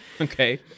Okay